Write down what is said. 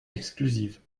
exclusives